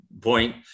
point